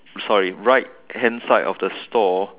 sorry right hand side of the store